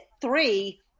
three